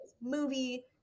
Movie